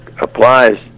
applies